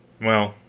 well,